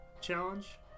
Challenge